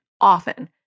often